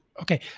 Okay